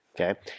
Okay